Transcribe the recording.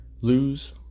lose